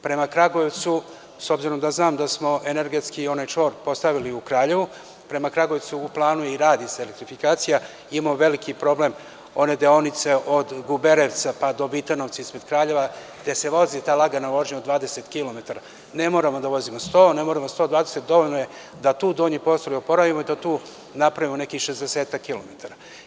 Prema Kragujevcu, s obzirom da znam da smo energetski onaj čvor postavili u Kraljevu, prema Kragujevcu je u planu i radi se elektrifikacija, imamo veliki problem one deonice od Guberevca pa do Vitanovca ispred Kraljeva, gde se vozi ta lagana vožnja od 20 km, ne moramo da vozimo 100, ne moramo da vozimo 120, dovoljno je da tu donji postroj oporavimo i da tu napravimo nekih 60-ak kilometara.